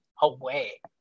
away